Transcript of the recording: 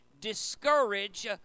discourage